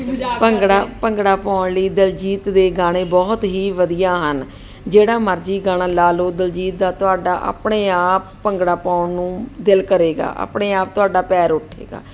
ਭੰਗੜਾ ਭੰਗੜਾ ਪਾਉਣ ਲਈ ਦਿਲਜੀਤ ਦੇ ਗਾਣੇ ਬਹੁਤ ਹੀ ਵਧੀਆ ਹਨ ਜਿਹੜਾ ਮਰਜ਼ੀ ਗਾਣਾ ਲਾ ਲਓ ਦਿਲਜੀਤ ਦਾ ਤੁਹਾਡਾ ਆਪਣੇ ਆਪ ਭੰਗੜਾ ਪਾਉਣ ਨੂੰ ਦਿਲ ਕਰੇਗਾ ਆਪਣੇ ਆਪ ਤੁਹਾਡਾ ਪੈਰ ਉਠੇਗਾ